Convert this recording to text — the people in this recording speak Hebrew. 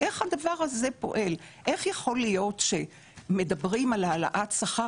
איך הדבר הזה פועל איך יכול להיות שמדברים על העלאת שכר